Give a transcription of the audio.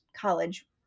college